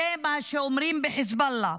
זה מה שאומרים בחיזבאללה,